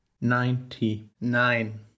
Ninety-nine